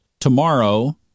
tomorrow